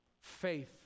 faith